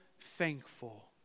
thankful